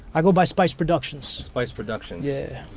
i go by spice productions spice productions yeah.